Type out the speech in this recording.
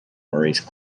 maurice